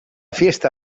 fiesta